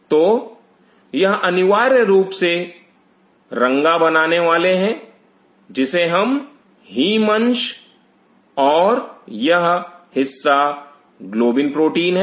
तो यह अनिवार्य रूप से रंगा बनाने वाला है जिसे हम हीम अंश और यह हिस्सा ग्लोबिन प्रोटीन है